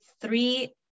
three